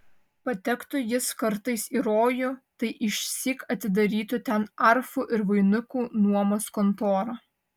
patektų jis kartais į rojų tai išsyk atidarytų ten arfų ir vainikų nuomos kontorą